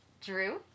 Drew